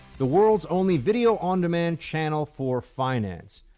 the world's only video on demand channel for finance.